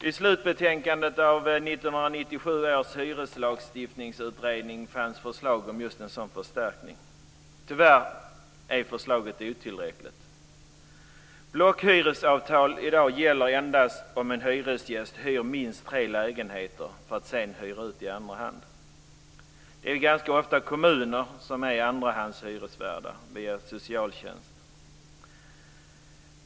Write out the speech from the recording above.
I slutbetänkandet av 1997 års hyreslagstiftningsutredning fanns förslag om just en sådan förstärkning. Tyvärr är förslaget otillräckligt. Blockhyresavtal i dag gäller endast om en hyresgäst hyr minst tre lägenheter för att sedan hyra ut dem i andra hand. Det är ganska ofta kommuner som är andrahandshyresvärdar, via socialtjänsten.